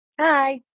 Hi